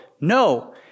no